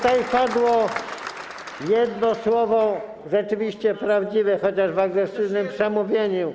Tutaj padło jedno słowo rzeczywiście prawdziwe, chociaż w agresywnym przemówieniu.